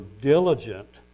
diligent